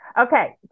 Okay